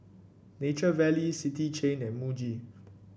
Nature Valley City Chain and Muji